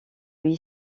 lui